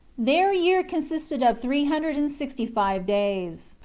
their year consisted of three hundred and sixty five days,